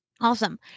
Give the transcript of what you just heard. Awesome